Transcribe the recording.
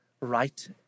right